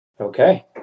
Okay